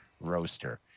roaster